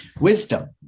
wisdom